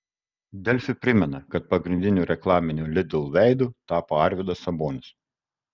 delfi primena kad pagrindiniu reklaminiu lidl veidu tapo arvydas sabonis